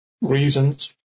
reasons